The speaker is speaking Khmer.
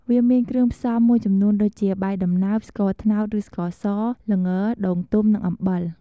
វាមានគ្រឿងផ្សំមួយចំនួនដូចជា បាយដំណើប ស្ករត្នោតឬស្ករស ល្ង ដូងទុំ និងអំបិល។